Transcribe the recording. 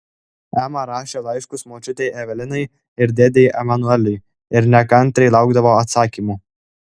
ema rašė laiškus močiutei evelinai ir dėdei emanueliui ir nekantriai laukdavo atsakymų